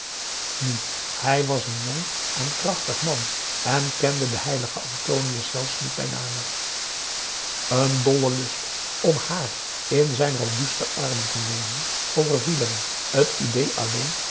nu hij was een jong en krachtig man en kende den heiligen antonius zelfs niet bij name een dolle lust om haar in zijn robuste armen te nemen overviel hem t ideé alleen